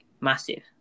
massive